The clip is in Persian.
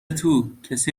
توکسی